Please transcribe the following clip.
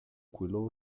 quello